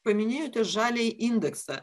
paminėjote žaliąjį indeksą